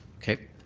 okay.